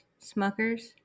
Smuckers